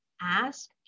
ask